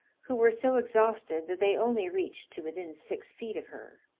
who were so exhausted that they only reached to within six feet of her.